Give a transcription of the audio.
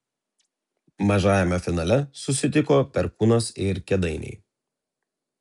mažajame finale susitiko perkūnas ir kėdainiai